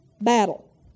battle